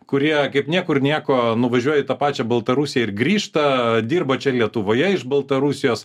kurie kaip niekur nieko nuvažiuoja į tą pačią baltarusiją ir grįžta dirba čia lietuvoje iš baltarusijos